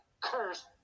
cursed